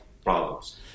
problems